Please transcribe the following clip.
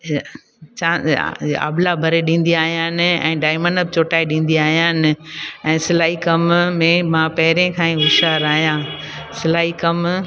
आबला भरे ॾींदी अयानि ऐं डायमंड चोटाई ॾींदी अयानि ऐं सिलाई कमु में मां पहिरें खां ई होशियार आहियां सिलाई कमु